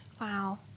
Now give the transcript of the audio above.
Wow